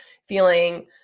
feeling